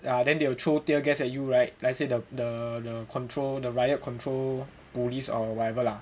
ya then they will throw tear gas at you right let's say the the control the riot control police or whatever lah